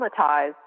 traumatized